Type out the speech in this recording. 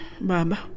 Baba